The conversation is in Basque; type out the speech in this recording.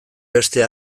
beste